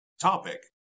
topic